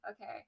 Okay